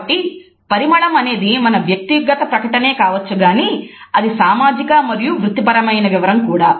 కాబట్టి పరిమళం అనేది మన వ్యక్తిగత ప్రకటనే కావచ్చుగాని అది సామాజిక మరియు వృత్తిపరమైన వివరము కూడా